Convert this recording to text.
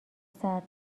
سرد